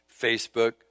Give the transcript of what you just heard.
Facebook